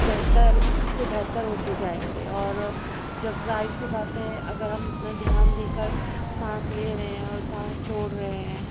بہتر سے بہتر ہوتے جائیں گے اور جب ظاہر سی بات ہے اگر ہم اتنا دھیان دے کر سانس لے رہے ہیں اور سانس چھوڑ رہے ہیں